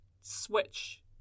switch